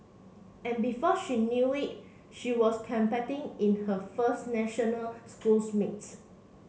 and before she knew it she was competing in her first national schools meets